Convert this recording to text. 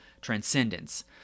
transcendence